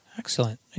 Excellent